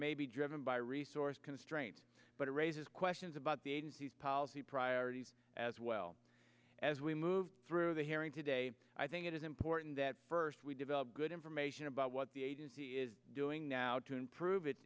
may be driven by resource constraints but it raises questions about the agency's policy priorities as well as we move through the hearing today i think it is important that first we develop good information about what the agency is doing now to improve it